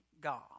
God